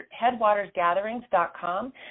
headwatersgatherings.com